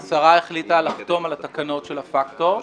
השרה החליטה לחתום על התקנות של הפקטור.